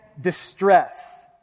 distress